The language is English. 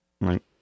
Right